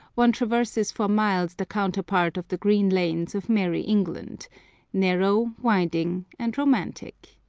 one traverses for miles the counterpart of the green lanes of merrie england narrow, winding, and romantic.